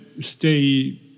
stay